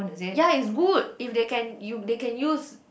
ya is good if they can you they can use